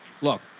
look